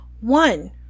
One